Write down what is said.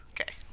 Okay